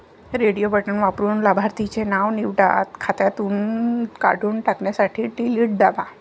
radio button वापरून लाभार्थीचे नाव निवडा, खात्यातून काढून टाकण्यासाठी डिलीट दाबा